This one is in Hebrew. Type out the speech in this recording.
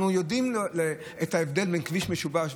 אנחנו יודעים את ההבדל בין כביש משובש.